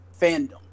fandom